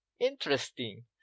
Interesting